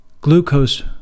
glucose